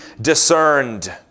discerned